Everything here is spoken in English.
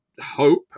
hope